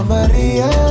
Maria